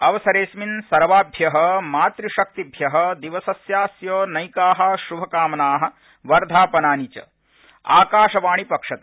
अवसरेऽस्मिन् सर्वाभ्य मातृशक्तिभ्य दिवसस्यास्य नैका श्भकामना वर्धापनानि च आकाशवाणीपक्षत